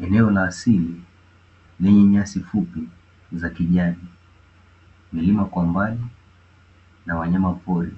Eneo la asili lenye nyasi fupi za kijani, milima kwa mbali na wanyamapori